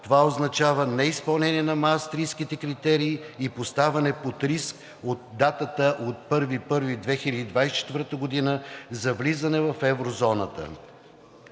Това означава неизпълнение на Маастрихтските критерии и поставяне под риск от датата 1 януари 2024 г. за влизане в еврозоната.